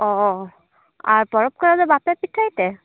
ᱚ ᱟᱨ ᱯᱚᱨᱚᱵᱽ ᱠᱚᱨᱮᱫᱚ ᱵᱟᱝᱯᱮ ᱯᱤᱴᱷᱟᱹᱭᱛᱮ